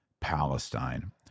Palestine